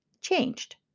changed